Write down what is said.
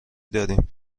داریم